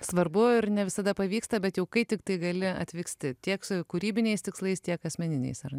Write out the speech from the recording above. svarbu ir ne visada pavyksta bet jau kai tiktai gali atvyksti tiek su kūrybiniais tikslais tiek asmeniniais ar ne